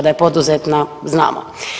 Da je poduzetna znamo.